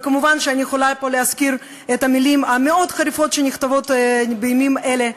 מובן שאני יכולה להזכיר פה את המילים המאוד-חריפות שנכתבות בימים אלה,